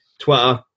Twitter